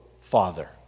Father